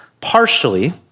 partially